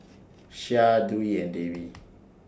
Syah Dwi and Dewi